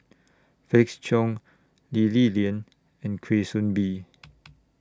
Felix Cheong Lee Li Lian and Kwa Soon Bee